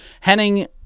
Henning